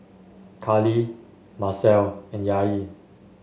Carlie Marcelle and Yair